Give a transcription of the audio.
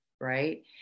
right